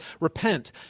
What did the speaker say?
repent